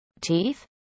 teeth